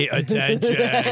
attention